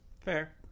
Fair